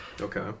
Okay